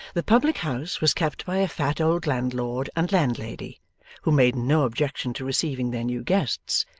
the public-house was kept by a fat old landlord and landlady who made no objection to receiving their new guests,